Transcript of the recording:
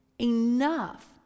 enough